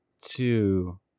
two